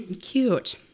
Cute